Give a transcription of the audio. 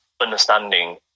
understanding